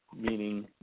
meaning